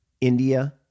India